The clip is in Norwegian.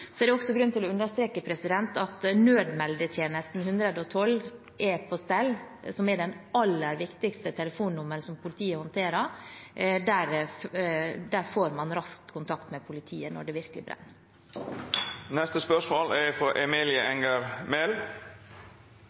Så er det også grunn til å understreke at nødmeldetjenesten 112 er på stell, som er det aller viktigste telefonnummeret som politiet håndterer. Der får man raskt kontakt med politiet når det virkelig